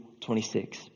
26